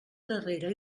darrere